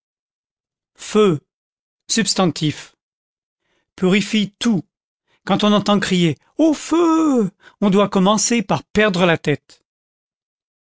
feu subst purifie tout quand on entend crier au feu on doit commencer par perdre la tête